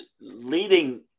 leading